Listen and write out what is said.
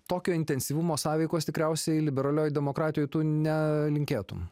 tokio intensyvumo sąveikos tikriausiai liberalioj demokratijoj tu ne linkėtum